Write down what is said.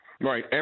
Right